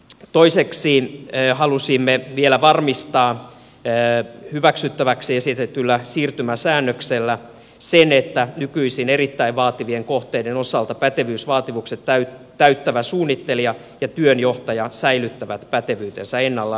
toiseksi halusimme vielä varmistaa hyväksyttäväksi esitetyllä siirtymäsäännöksellä sen että nykyisin erittäin vaativien kohteiden osalta pätevyysvaatimukset täyttävä suunnittelija ja työnjohtaja säilyttävät pätevyytensä ennallaan